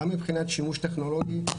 גם מבחינת שימוש טכנולוגי,